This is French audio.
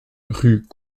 rue